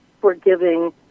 forgiving